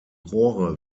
rohre